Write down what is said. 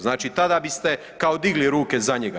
Znači tada biste kao digli ruke za njega.